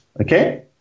okay